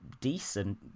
decent